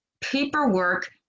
paperwork